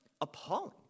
appalling